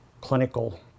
clinical